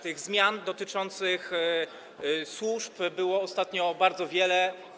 Tych zmian dotyczących służb było ostatnio bardzo wiele.